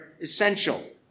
essential